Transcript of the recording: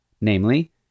Namely